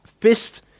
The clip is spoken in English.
Fist